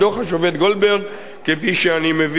כפי שאני מביא גם עתה.